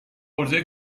عرضهی